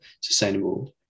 sustainable